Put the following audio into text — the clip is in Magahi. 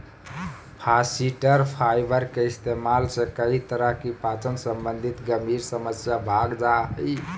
फास्इटर फाइबर के इस्तेमाल से कई तरह की पाचन संबंधी गंभीर समस्या भाग जा हइ